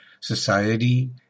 society